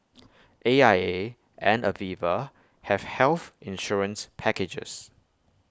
A I A and Aviva have health insurance packages